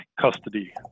custody